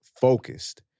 focused